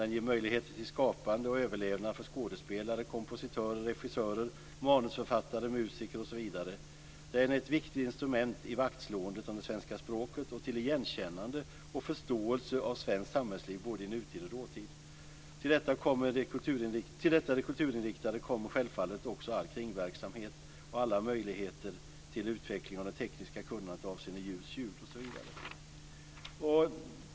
Den ger möjligheter till skapande och överlevnad för skådespelare, kompositörer, regissörer, manusförfattare, musiker osv. Den är ett viktigt instrument i vaktslåendet av det svenska språket och för igenkännande och förståelse av svenskt samhällsliv i både nutid och dåtid. Till detta, det kulturinriktade, kommer självfallet också all kringverksamhet och alla möjligheter till utveckling av det tekniska kunnandet avseende ljus, ljud osv.